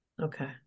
Okay